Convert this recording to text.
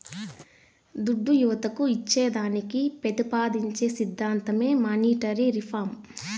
దుడ్డు యువతకు ఇచ్చేదానికి పెతిపాదించే సిద్ధాంతమే మానీటరీ రిఫార్మ్